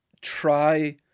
try